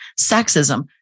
sexism